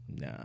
Nah